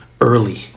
Early